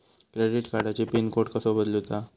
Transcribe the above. Credit कार्डची pin code कसो बदलुचा?